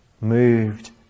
Moved